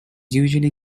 usually